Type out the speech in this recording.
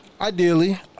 Ideally